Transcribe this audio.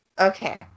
Okay